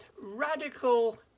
radical